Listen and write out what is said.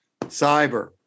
cyber